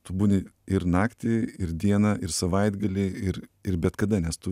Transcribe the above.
tu būni ir naktį ir dieną ir savaitgalį ir ir bet kada nes tu